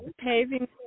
paving